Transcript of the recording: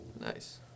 Nice